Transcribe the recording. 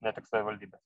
ne tik savivaldybės